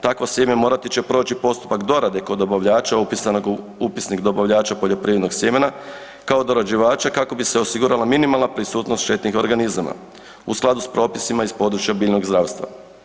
Takvo sjeme morati će proći postupak dorade kod dobavljača upisanog u Upisnik dobavljača poljoprivrednog sjemena kao dorađivača kako bi se osigurala minimalna prisutnost štetnih organizama u skladu s propisima iz područja biljnog zdravstva.